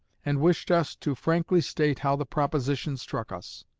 and wished us to frankly state how the proposition struck us.